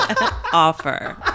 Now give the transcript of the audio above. offer